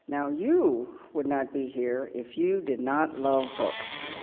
now, you would not be here if you did not love books.